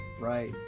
right